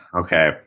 Okay